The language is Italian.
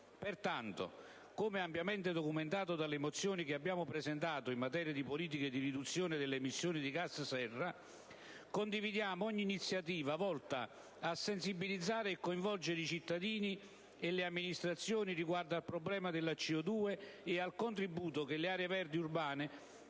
Pertanto, come ampiamente documentato dalle mozioni che abbiamo presentato in materia di politiche di riduzione delle emissioni di gas serra, condividiamo ogni iniziativa volta sensibilizzare e coinvolgere i cittadini e le amministrazioni riguardo al problema della CO2 e al contributo che le aree verdi urbane